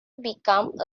become